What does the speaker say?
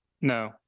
no